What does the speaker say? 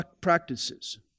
practices